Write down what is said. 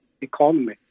economy